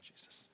jesus